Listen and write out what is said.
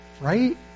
right